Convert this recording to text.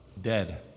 dead